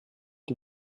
die